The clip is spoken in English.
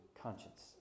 conscience